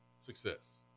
Success